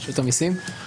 רשות המסים.